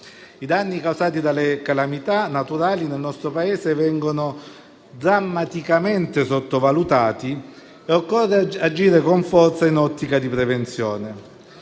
I danni causati dalle calamità naturali nel nostro Paese vengono drammaticamente sottovalutati e occorre agire con forza in un'ottica di prevenzione.